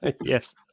Yes